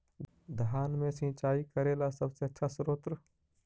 धान मे सिंचाई करे ला सबसे आछा स्त्रोत्र?